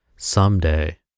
someday